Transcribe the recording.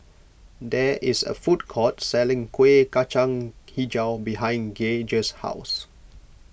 there is a food court selling Kuih Kacang HiJau behind Gaige's house